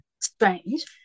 strange